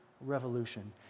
revolution